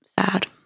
sad